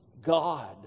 God